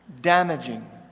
damaging